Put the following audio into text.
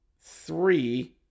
three